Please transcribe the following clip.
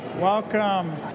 Welcome